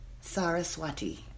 Saraswati